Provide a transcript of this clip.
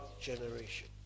generation